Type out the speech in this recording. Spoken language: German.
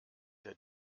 der